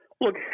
Look